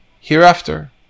hereafter